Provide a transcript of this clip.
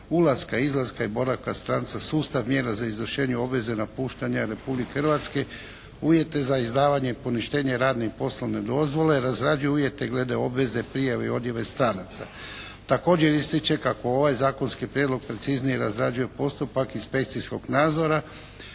ulaska i izlaska i boravka stranca, sustav mjera za izvršenje obveze napuštanja Republike Hrvatske, uvjete za izdavanje i poništenje radne i poslovne dozvole, razrađuje uvjete glede obveze, prijave i odjave stranaca. Također ističe kako ovaj zakonski prijedlog preciznije razrađuje postupak inspekcijskog nadzora